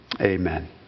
amen